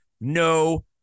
No